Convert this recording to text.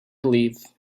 believe